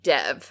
Dev